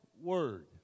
word